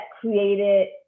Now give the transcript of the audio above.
created